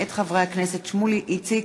מאת חברי הכנסת עמרם מצנע,